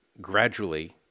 gradually